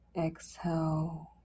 Exhale